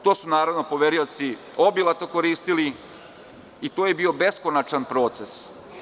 To su poverioci obilato koristili i to je bio beskonačan proces.